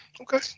Okay